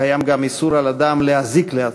קיים גם איסור על אדם להזיק לעצמו,